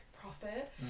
profit